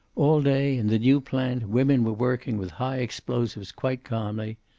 all day, in the new plant, women were working with high-explosives quite calmly.